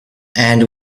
and